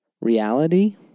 reality